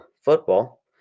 football